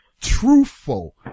truthful